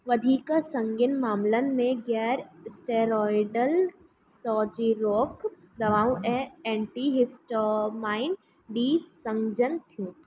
वधीक संगीन मामलनि में गैर स्टेरॉयडल सोजि॒रोक दवाऊं ऐं एंटीहिस्टोमाइन डी सम्झनि थियूं